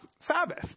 Sabbath